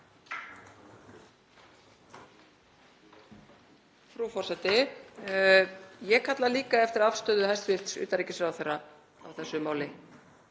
Frú forseti. Ég kalla líka eftir afstöðu hæstv. utanríkisráðherra í þessu máli.